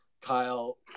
kyle